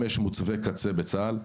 105 מוצבי קצה בצה"ל,